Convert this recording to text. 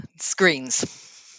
Screens